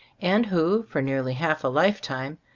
and who, for nearly half a lifetime,